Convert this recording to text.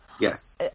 Yes